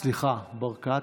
סליחה, ברקת,